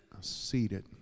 seated